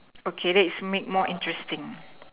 okay that is make more interesting